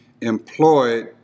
employed